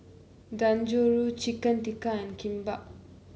Dangojiru Chicken Tikka and Kimbap